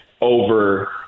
over